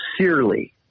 sincerely